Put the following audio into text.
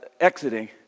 exiting